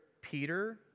Peter